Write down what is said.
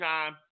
Time